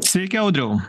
sveiki audriau